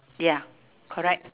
ya correct